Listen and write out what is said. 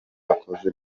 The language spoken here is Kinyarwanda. akoze